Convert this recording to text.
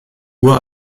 uhr